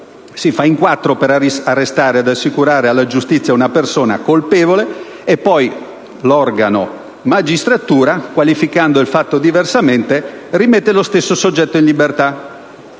si fa in quattro per arrestare ed assicurare alla giustizia una persona colpevole e poi l'organo Magistratura, qualificando il fatto diversamente, rimette lo stesso soggetto in libertà.